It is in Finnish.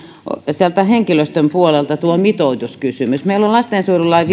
sieltä henkilöstön puolelta on tuo mitoituskysymys meillä on lastensuojelulain